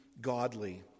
godly